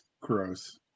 gross